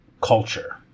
culture